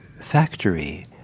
factory